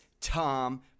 Tom